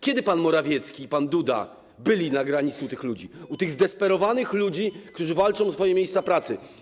Kiedy pan Morawiecki i pan Duda byli na granicy u tych ludzi, u tych zdesperowanych ludzi, którzy walczą o swoje miejsca pracy?